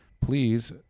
please